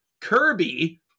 Kirby